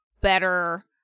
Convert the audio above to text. better